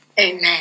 Amen